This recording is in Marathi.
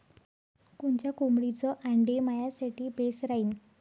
कोनच्या कोंबडीचं आंडे मायासाठी बेस राहीन?